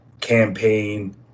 campaign